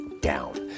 down